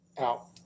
Out